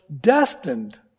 destined